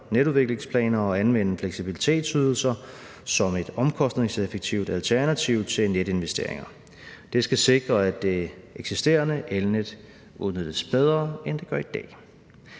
netudviklingsplaner og anvende fleksibilitetsydelser som et omkostningseffektivt alternativ til netinvesteringer. Det skal sikre, at det eksisterende elnet udnyttes bedre, end det gør i dag.